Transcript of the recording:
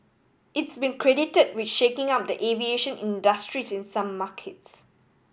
it's been credited with shaking up the aviation industries in some markets